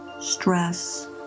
stress